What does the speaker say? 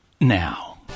now